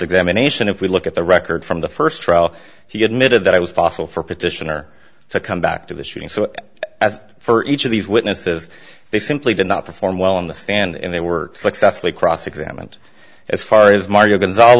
examination if we look at the record from the first trial he admitted that it was possible for petitioner to come back to the shooting so as for each of these witnesses they simply did not perform well on the stand and they were successfully cross examined as far as margot's all